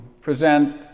present